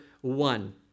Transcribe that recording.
one